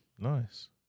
Nice